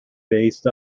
based